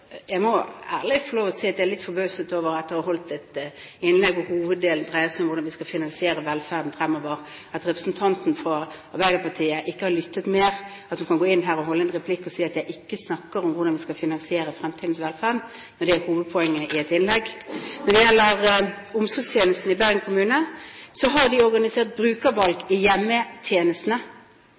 Jeg må ærlig få lov til å si at jeg, etter å ha holdt et innlegg hvor hoveddelen dreier seg om hvordan vi skal finansiere velferden fremover, er litt forbauset over at representanten fra Arbeiderpartiet ikke har lyttet mer – at hun kan komme her og holde en replikk og si at jeg ikke snakker om hvordan vi skal finansiere fremtidens velferd, når det er hovedpoenget i innlegget. Når det gjelder omsorgstjenesten i Bergen kommune, har de organisert brukervalg i hjemmetjenestene.